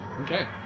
okay